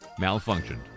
malfunctioned